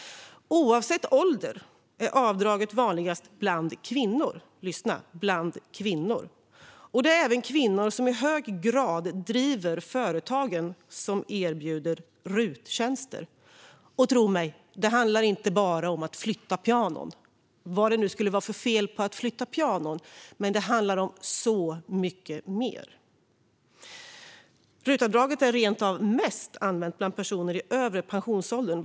Oavsett ålder är avdraget vanligast bland kvinnor - lyssna: bland kvinnor! Det är även kvinnor som i hög grad driver företagen som erbjuder RUT-tjänster. Och tro mig: Det handlar inte bara om att flytta pianon, vad det nu skulle vara för fel på att göra det. Det handlar om så mycket mer. RUT-avdraget är rent av mest använt bland personer i övre pensionsåldern.